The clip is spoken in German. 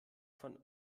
von